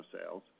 sales